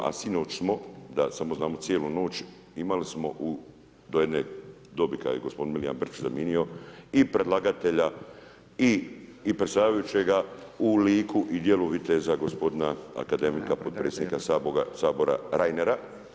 A sinoć smo da samo znamo cijelu noć, imali smo do jedne dobi kada je gospodin MIlijan Brkić zamijenio i predlagatelja i predsjedavajućega u liku i djelu viteza gospodina akademika potpredsjednika Sabora Reinera.